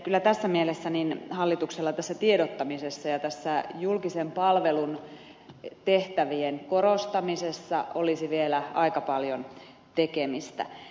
kyllä tässä mielessä hallituksella tässä tiedottamisessa ja julkisen palvelun tehtävien korostamisessa olisi vielä aika paljon tekemistä